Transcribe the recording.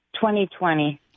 2020